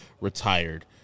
retired